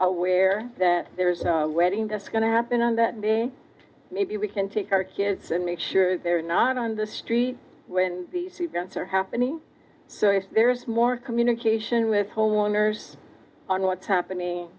aware that there is a wedding that's going to happen and that maybe we can take our kids and make sure they're not on the streets when these events are happening so if there is more communication with homeowners on what's happening